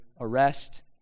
arrest